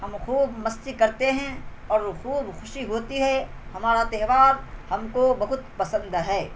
ہم خوب مستی کرتے ہیں اور خوب خوشی ہوتی ہے ہمارا تہوار ہم کو بہت پسند ہے